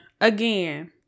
again